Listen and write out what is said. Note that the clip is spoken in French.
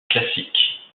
classique